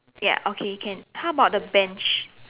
ya okay can how about the bench